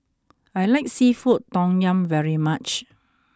I like Seafood Tom Yum very much